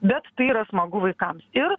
bet tai yra smagu vaikams ir